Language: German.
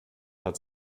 hat